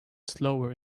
slower